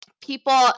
people